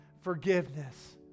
forgiveness